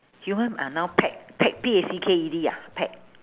human are now packed packed P A C K E D ah packed